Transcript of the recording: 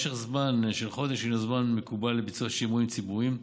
משך זמן של חודש הינו זמן מקובל לביצוע שימועים ציבוריים.